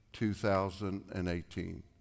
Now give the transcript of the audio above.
2018